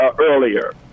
earlier